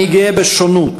אני גאה בשונות,